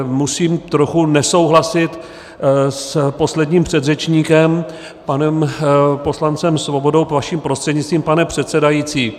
Musím trochu nesouhlasit s posledním předřečníkem, panem poslancem Svobodou, vaším prostřednictvím, pane předsedající.